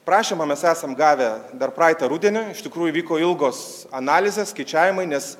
prašymą mes esam gavę dar praeitą rudenį iš tikrųjų vyko ilgos analizės skaičiavimai nes